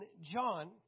John